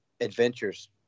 adventures